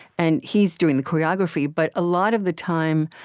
and he's doing the choreography, but a lot of the time,